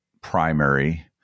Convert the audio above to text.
primary